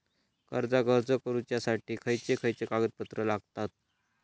कर्जाक अर्ज करुच्यासाठी खयचे खयचे कागदपत्र लागतत